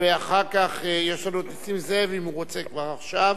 ואחר כך יש לנו את נסים זאב אם הוא רוצה כבר עכשיו.